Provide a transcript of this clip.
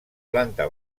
planta